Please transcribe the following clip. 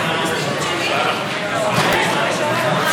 אפשר רוויזיה?